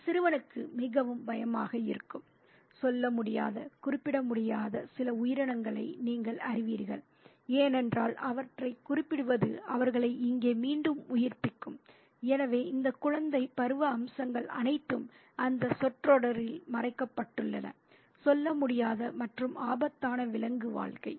ஒரு சிறுவனுக்கு மிகவும் பயமாக இருக்கும் சொல்லமுடியாத குறிப்பிட முடியாத சில உயிரினங்களை நீங்கள் அறிவீர்கள் ஏனென்றால் அவற்றைக் குறிப்பிடுவது அவர்களை இங்கே மீண்டும் உயிர்ப்பிக்கும் எனவே இந்த குழந்தை பருவ அச்சங்கள் அனைத்தும் அந்த சொற்றொடரில் மறைக்கப்பட்டுள்ளன "சொல்லமுடியாத மற்றும் ஆபத்தான விலங்கு வாழ்க்கை